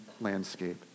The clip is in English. landscape